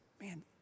man